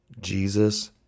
Jesus